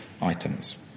items